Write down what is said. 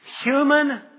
human